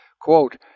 Quote